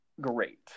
great